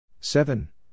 seven